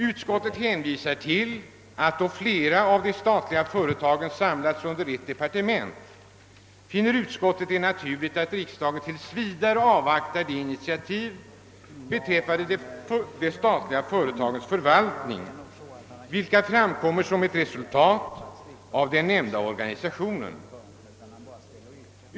Utskottet skriver att då flera av de statliga företagen samlats under ett departement, vore det naturligt att riksdagen tills vidare avvaktar de initiativ beträffande de statliga företagens förvaltning, vilka framkommer som ett resultat av den nämnda organisationen.